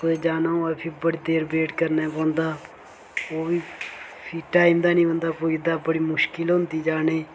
कुतै जाना होऐ फेर बड़ी देर वेट करना पौंदा ओह् बी फ्ही टाईम दा नी बंदा पुज्जदा बड़ी मुश्किल होंदी जाने गी